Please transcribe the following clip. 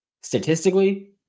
statistically